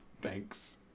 Thanks